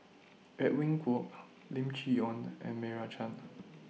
Edwin Koek Lim Chee Onn and Meira Chand